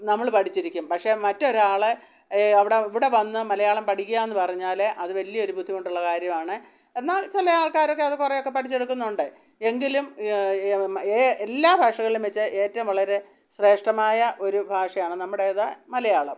നമ്മൾ പഠിച്ചിരിക്കും പക്ഷേ മറ്റൊരാളെ അവിടെ ഇവിടെ വന്ന് മലയാളം പഠിക്കുകയെന്ന് പറഞ്ഞാൽ അത് വലിയൊരു ബുദ്ധിമുട്ടുള്ള കാര്യമാണ് എന്നാൽ ചില ആൾക്കാരൊക്കെ അത് കുറേ ഒക്കെ പഠിച്ചെടുക്കുന്നുണ്ട് എങ്കിലും എല്ലാ ഭാഷകളിലും വച്ച് ഏറ്റോം വളരെ ശ്രേഷ്ഠമായ ഒരു ഭാഷയാണ് നമ്മുടേത് മലയാളം